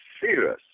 serious